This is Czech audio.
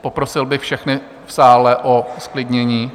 Poprosil bych všechny v sále o zklidnění.